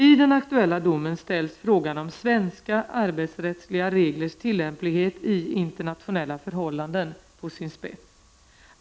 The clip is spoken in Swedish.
I den aktuella domen ställs frågan om svenska arbetsrättsliga reglers tillämplighet i internationella förhållanden på sin spets.